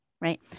right